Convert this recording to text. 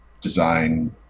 design